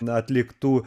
n atliktų